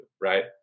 Right